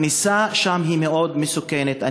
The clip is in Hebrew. הכניסה שם מסוכנת מאוד.